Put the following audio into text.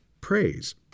praise